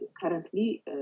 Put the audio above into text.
currently